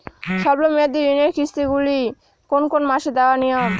স্বল্প মেয়াদি ঋণের কিস্তি গুলি কোন কোন মাসে দেওয়া নিয়ম?